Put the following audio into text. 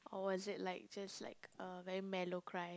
or is it like just like uh very mellow cry